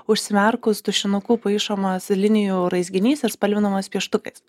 užsimerkus tušinuku paišomas linijų raizginys ir spalvinamas pieštukais